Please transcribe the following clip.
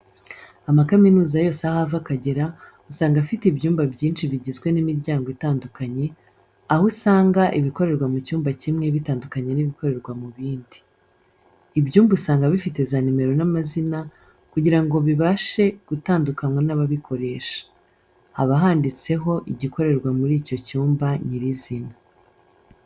Amakaminuza yose aho ava akagera, usanga afite ibyumba byinshi bigizwe n'imiryango itandukanye, aho usanga ibikorerwa mu cyumba kimwe bitandukanye n'ibikorerwa mu bindi. Ibyumba usanga bifite za nimero n'amazina kugira ngo bibashe gutandukanywa n'ababikoresha. Haba handitseho igikorerwa muri icyo cyumba nyirizina.